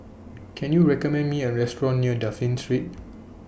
Can YOU recommend Me A Restaurant near Dafne Street